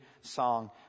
song